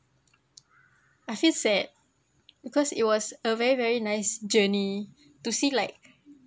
I feel sad because it was a very very nice journey to see like